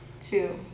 two